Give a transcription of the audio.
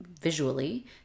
visually